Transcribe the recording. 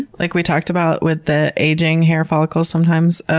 like we talked about with the aging hair follicles sometimes.